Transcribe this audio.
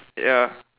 ya